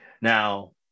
Now